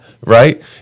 Right